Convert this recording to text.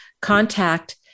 contact